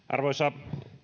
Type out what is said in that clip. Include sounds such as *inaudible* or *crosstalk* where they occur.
*unintelligible* arvoisa